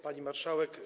Pani Marszałek!